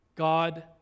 God